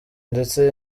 ndetse